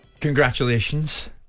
Congratulations